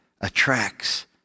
attracts